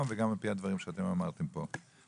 וגם על פי הדברים שאתם אמרתם פה.